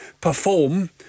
perform